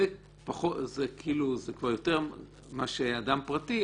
זה כבר יותר מאשר אדם פרטי,